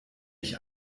ich